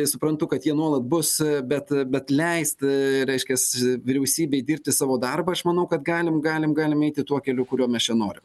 suprantu kad jie nuolat bus bet bet leist reiškias vyriausybei dirbti savo darbą aš manau kad galim galim galim eiti tuo keliu kuriuo mes čia norim